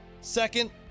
second